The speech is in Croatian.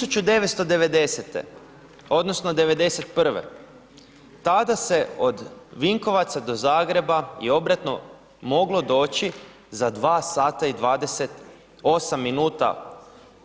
1990., odnosno 91., tada se od Vinkovaca do Zagreba i obratno moglo doći za 2 h i 28 minuta